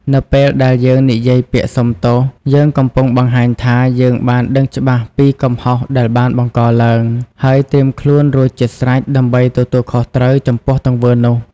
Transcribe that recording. នៅពេលដែលយើងនិយាយពាក្យសុំទោស យើងកំពុងបង្ហាញថា យើងបានដឹងច្បាស់ពីកំហុសដែលបានបង្កឡើង ហើយត្រៀមខ្លួនរួចជាស្រេចដើម្បីទទួលខុសត្រូវចំពោះទង្វើនោះ។